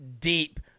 deep